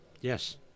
Yes